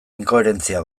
inkoherentzia